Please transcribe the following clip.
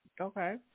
Okay